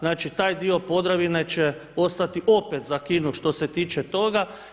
Znači taj dio Podravine će ostati opet zakinut što se tiče toga.